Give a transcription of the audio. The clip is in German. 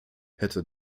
hätte